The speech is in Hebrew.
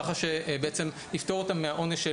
ככה שבעצם יפטור אותם מהעונש,